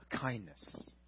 kindness